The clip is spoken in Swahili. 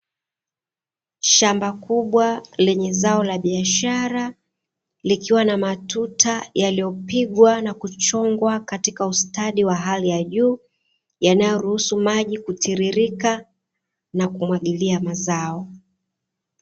Shamba kubwa lenye zao la biashara likiwa na matuta yaliyopigwa na kuchongwa katika ustadi wa hali ya juu, yanayoruhusu maji kutiririka na kumwagilia mazao.